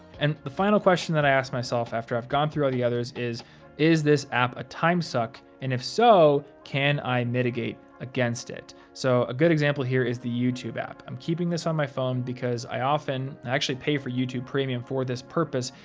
and the final question that i ask myself after i've gone through all the others is is this app a time suck and, if so, can i mitigate against it? so a good example here is the youtube app. i'm keeping this on my phone because, i actually pay for youtube premium for this purpose,